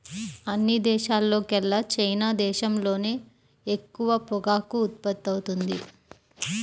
అన్ని దేశాల్లోకెల్లా చైనా దేశంలోనే ఎక్కువ పొగాకు ఉత్పత్తవుతుంది